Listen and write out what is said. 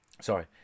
Sorry